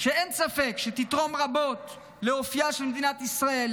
שאין ספק שתתרום רבות לאופייה של מדינת ישראל,